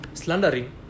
slandering